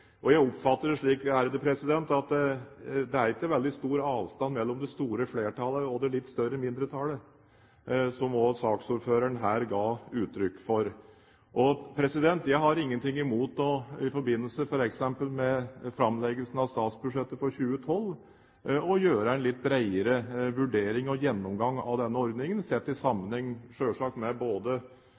Jeg oppfatter det slik at det ikke er veldig stor avstand mellom det store flertallet og det litt større mindretallet, som også saksordføreren her gav uttrykk for. Jeg har ingenting imot, f.eks. i forbindelse med framleggelsen av statsbudsjettet for 2012, å gjøre en litt bredere vurdering og gjennomgang av denne ordningen, selvsagt sett i sammenheng med